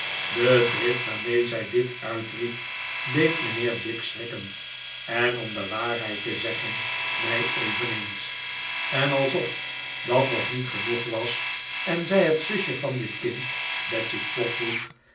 de drift waarmee zij dit uitriep deed mijnheer dick schrikken en om de waarheid te zeggen mij eveneens en alsof dat nog niet genoeg was en zij het zusje van dit kind